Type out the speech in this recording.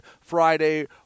Friday